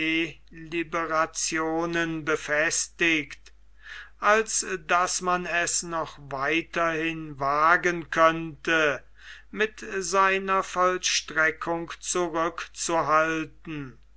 deliberationen befestigt als daß man es noch weiterhin wagen könnte mit seiner vollstreckung zurückzuhalten